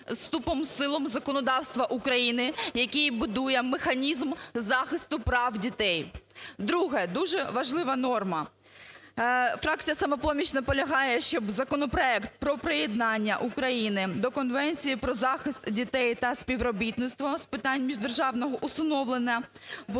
Друге. Дуже важлива норма. Фракція "Самопоміч" наполягає, щоб в законопроект про приєднання України до Конвенції про захист дітей та співробітництво з питань міждержавного усиновлення була